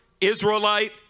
Israelite